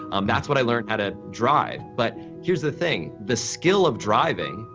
that's what i learned how to drive. but here's the thing, the skill of driving,